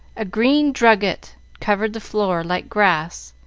a green drugget covered the floor like grass,